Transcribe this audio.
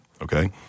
Okay